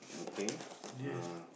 okay um